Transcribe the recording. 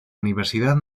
universidad